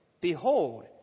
Behold